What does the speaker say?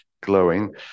glowing